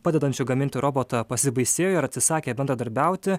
padedančių gaminti robotą pasibaisėjo ir atsisakė bendradarbiauti